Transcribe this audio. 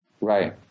Right